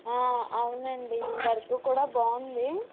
అవునండి వర్క్ కూడా బాగుంది